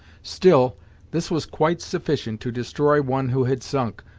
still this was quite sufficient to destroy one who had sunk,